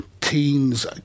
Teens